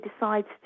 decides